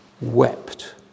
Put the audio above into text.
Wept